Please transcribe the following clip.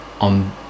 on